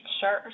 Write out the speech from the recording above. Sure